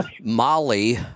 Molly